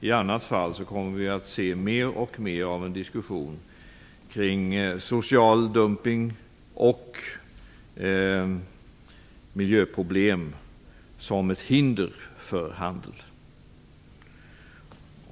I annat fall kommer vi att se mer och mer diskussioner kring social dumpning och miljöproblem som ett hinder för handel.